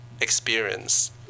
experience